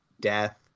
death